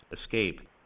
Escape